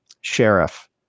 sheriff